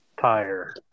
tire